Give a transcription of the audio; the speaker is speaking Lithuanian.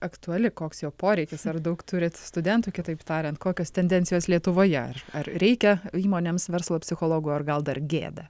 aktuali koks jo poreikis ar daug turit studentų kitaip tariant kokios tendencijos lietuvoje ar reikia įmonėms verslo psichologu ar gal dar gėda